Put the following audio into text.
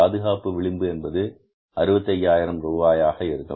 பாதுகாப்பு விளிம்பு என்பது ரூபாய் 65000 ஆக இருக்கும்